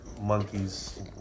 monkeys